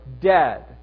dead